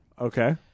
Okay